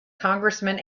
congressman